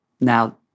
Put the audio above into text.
Now